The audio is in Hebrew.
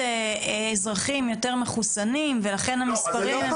אזרחים יותר מחוסנים ולכן המספרים ה -- לא,